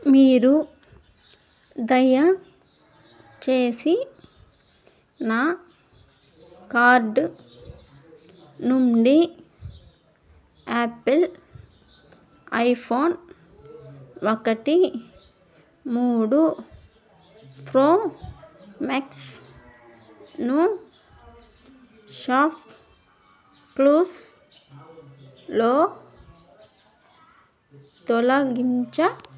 మీరు దయచేసి నా కార్ట్ నుండి యాపిల్ ఐఫోన్ ఒకటి మూడు ప్రో మ్యాక్స్ ను షాప్క్లూస్లో తొలగించ